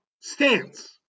stance